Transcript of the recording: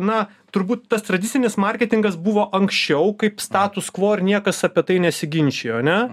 na turbūt tas tradicinis marketingas buvo anksčiau kaip status kvo ir niekas apie tai nesiginčijo ane